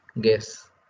guess